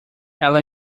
ela